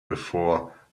before